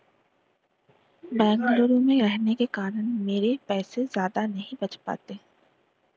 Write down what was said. बेंगलुरु में रहने के कारण मेरे पैसे ज्यादा नहीं बच पाते